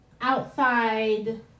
outside